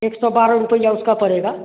एक सौ बारह रुपया उसका परेगा